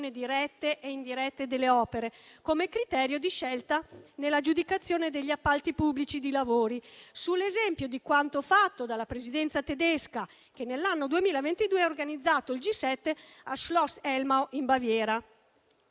dirette e indirette delle opere, come criterio di scelta nell'aggiudicazione degli appalti pubblici di lavori, sull'esempio di quanto fatto dalla Presidenza tedesca che, nell'anno 2022, ha organizzato il G7 a Schloss Elmau in Baviera.